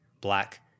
black